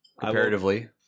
comparatively